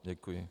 Děkuji.